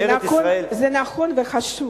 זה נכון וחשוב.